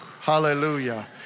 Hallelujah